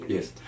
Yes